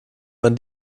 man